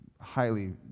highly